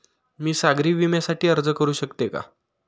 मी सागरी विम्यासाठी अर्ज करू शकते का?